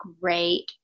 great